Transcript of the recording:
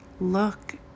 look